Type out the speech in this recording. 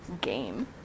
game